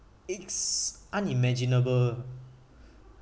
it's unimaginable